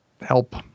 help